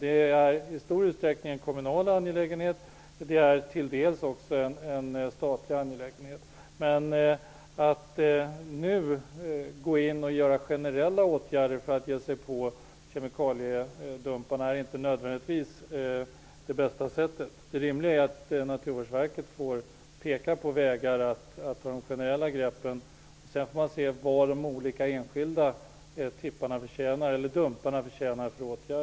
Det är i stor utsträckning en kommunal angelägenhet men också en statlig angelägenhet. Att nu gå in med generella åtgärder mot kemikaliedumparna är inte nödvändigtvis det bästa sättet. Det rimliga är att låta Naturvårdsverket ange lämpliga, generella grepp, och sedan får man se vilka åtgärder de olika enskilda dumparna förtjänar.